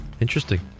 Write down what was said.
Interesting